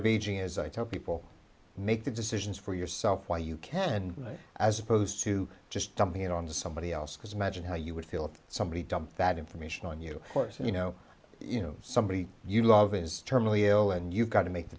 of aging is i tell people make the decisions for yourself why you can and as opposed to just dumping it on somebody else because imagine how you would feel if somebody dumped that information on you or so you know you know somebody you love is terminally ill and you've got to make the